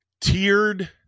tiered